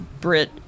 Brit